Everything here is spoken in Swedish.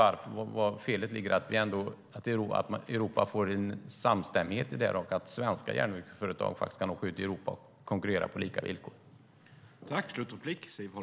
Var ligger felet i att Europa får en samstämmighet och att svenska järnvägsföretag kan åka ut i Europa och konkurrera på lika villkor?